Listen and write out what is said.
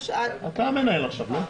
אתה המנהל עכשיו, לא?